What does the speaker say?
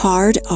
Hard